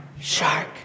shark